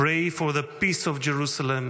"Pray for the peace of Jerusalem: